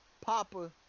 Papa